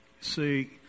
See